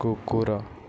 କୁକୁର